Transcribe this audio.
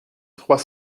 trois